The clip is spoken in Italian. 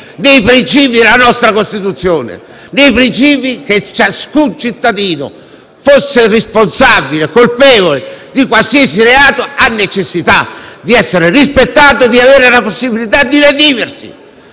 nei princìpi della nostra Costituzione, in base ai quali ciascun cittadino, responsabile e colpevole di qualsiasi reato, ha la necessità di essere rispettato e di avere la possibilità di redimersi.